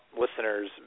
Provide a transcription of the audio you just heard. listeners